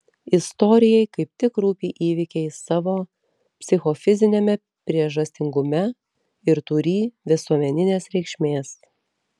istorijai kaip tik rūpi įvykiai savo psichofiziniame priežastingume ir turį visuomeninės reikšmės